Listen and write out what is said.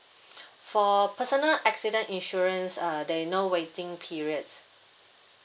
for personal accident insurance uh there's no waiting periods